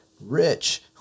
rich